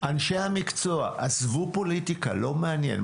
אנשי המקצוע, עזבו פוליטיקה, לא מעניין.